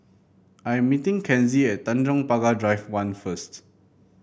I am meeting Kenzie at Tanjong Pagar Drive One first